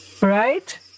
right